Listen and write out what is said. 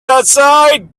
outside